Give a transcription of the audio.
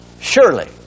Surely